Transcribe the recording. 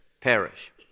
perish